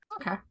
Okay